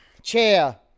chair